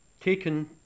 taken